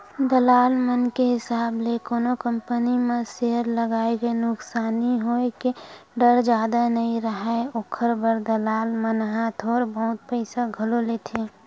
दलाल मन के हिसाब ले कोनो कंपनी म सेयर लगाए ले नुकसानी होय के डर जादा नइ राहय, ओखर बर दलाल मन ह थोर बहुत पइसा घलो लेथें